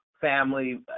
family